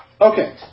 Okay